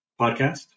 podcast